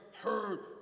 heard